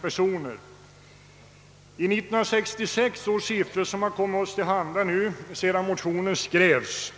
Enligt 1966 års siffror, som kom oss till handa efter det att motionen skrevs,